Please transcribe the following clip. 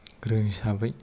गोरों हिसाबै